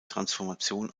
transformation